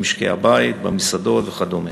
במשקי-הבית, במסעדות וכדומה.